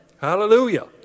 Hallelujah